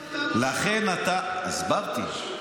לכן אתה --- הטענות --- הסברתי.